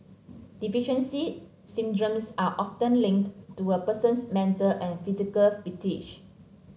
deficiency syndromes are often linked to a person's mental and physical fatigue